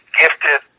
gifted